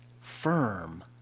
firm